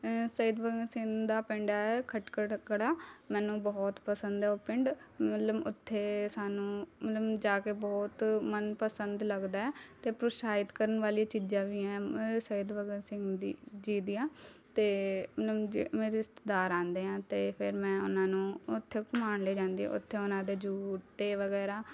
ਸ਼ਹੀਦ ਭਗਤ ਸਿੰਘ ਦਾ ਪਿੰਡ ਹੈ ਖਟਕੜ ਕਲਾਂ ਮੈਨੂੰ ਬਹੁਤ ਪਸੰਦ ਹੈ ਉਹ ਪਿੰਡ ਮਤਲਬ ਉੱਥੇ ਸਾਨੂੰ ਮਤਲਬ ਜਾ ਕੇ ਬਹੁਤ ਮਨਪਸੰਦ ਲੱਗਦਾ ਹੈ ਅਤੇ ਪ੍ਰੋਸ਼ਾਹਿਤ ਕਰਨ ਵਾਲੀ ਚੀਜ਼ਾਂ ਵੀ ਹੈ ਸ਼ਹੀਦ ਭਗਤ ਸਿੰਘ ਦੀ ਜੀ ਦੀਆਂ ਅਤੇ ਮਤਲਬ ਜੇ ਮੇੇਰੇ ਰਿਸ਼ਤੇਦਾਰ ਆਉਂਦੇ ਹੈ ਤਾਂ ਫਿਰ ਮੈਂ ਉਹਨਾਂ ਨੂੰ ਉੱਥੇ ਘੁੰਮਾਉਣ ਲੈ ਜਾਂਦੀ ਹਾਂ ਉੱਥੇ ਉਹਨਾਂ ਦੇ ਜੁੱਤੇ ਵਗੈਰਾ